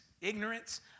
ignorance